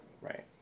right